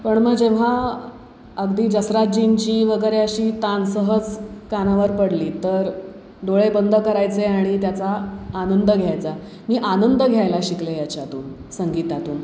पण मग जेव्हा अगदी जसराजजींची वगैरे अशी तान सहज कानावर पडली तर डोळे बंद करायचे आणि त्याचा आनंद घ्यायचा मी आनंद घ्यायला शिकले याच्यातून संगीतातून